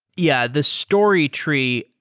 yeah. the story tree,